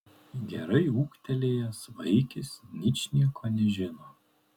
gerai ūgtelėjęs vaikis ničnieko nežino